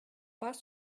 pas